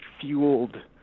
fueled